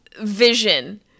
vision